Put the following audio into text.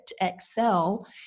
excel